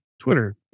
Twitter